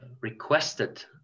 requested